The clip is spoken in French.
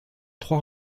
trois